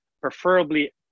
preferably